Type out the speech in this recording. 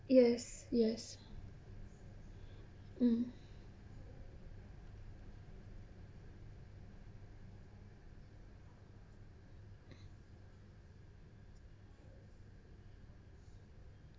yes yes mm